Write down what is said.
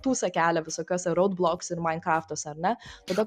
tūsą kelią visokiuose roubloks ir mainkraftuose ar ne tada